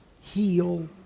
heal